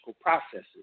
processes